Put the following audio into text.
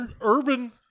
urban